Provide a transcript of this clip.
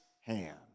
hand